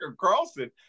Carlson